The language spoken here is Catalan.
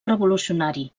revolucionari